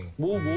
was